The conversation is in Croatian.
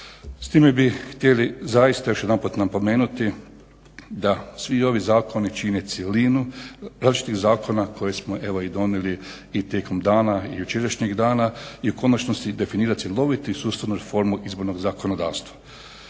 s time bih htjeli zaista još jedanput napomenuti da svi ovi zakoni čine cjelinu različitih zakona koje smo evo i donijeli i tijekom dana i jučerašnjeg dana i u konačnosti definira cjelovitu sustavnu reformu izbornog zakonodavstva.